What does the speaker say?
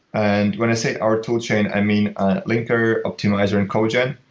and when i say our tool chain, i mean linker, optimizer and codegen.